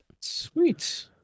Sweet